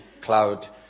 cloud